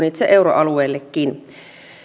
itse euroalueellekin